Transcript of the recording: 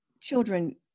children